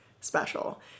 special